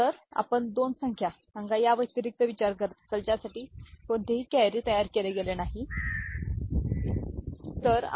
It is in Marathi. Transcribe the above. तर जर आपण दोन संख्या सांगा या व्यतिरिक्त विचार करत असाल ज्यासाठी कोणतेही कॅरी तयार केले गेले नाही वाहून नेले गेले नाही तर बरोबर